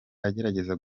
agerageza